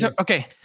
Okay